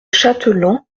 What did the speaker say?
chateland